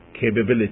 capability